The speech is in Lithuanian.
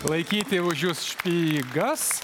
laikyti už jus špygas